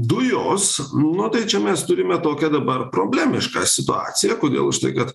dujos nu tai čia mes turime tokią dabar problemišką situaciją kodėl už tai kad